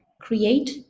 create